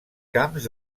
camps